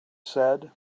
said